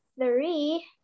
three